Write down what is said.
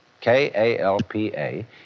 K-A-L-P-A